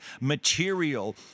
material